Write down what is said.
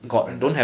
it's not branded